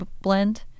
blend